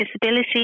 disability